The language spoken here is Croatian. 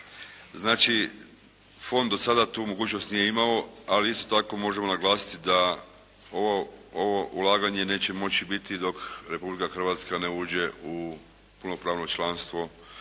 Znači, fond do sada tu mogućnost nije imao, ali isto tako možemo naglasiti da ovo ulaganje neće moći biti dok Republika Hrvatske ne uđe u punopravno članstvo